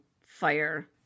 fire